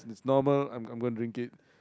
it's normal I'm I'm gonna drink it